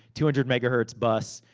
two hundred megahertz bus,